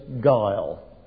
guile